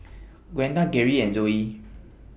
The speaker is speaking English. Gwenda Gerri and Zoie